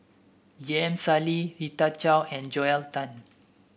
J M Sali Rita Chao and Joel Tan